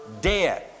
dead